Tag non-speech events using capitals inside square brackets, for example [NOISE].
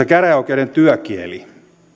[UNINTELLIGIBLE] käräjäoikeuden työkieli